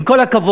עם כל הכבוד,